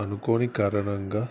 అనుకోని కారణంగా